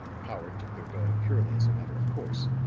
powart took their going purely as a matter of course,